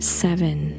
seven